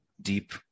deep